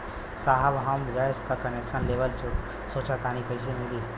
साहब हम गैस का कनेक्सन लेवल सोंचतानी कइसे मिली?